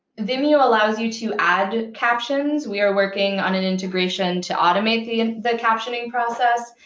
vimeo allows you to add captions. we are working on an integration to automate the and the captioning process,